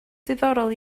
diddorol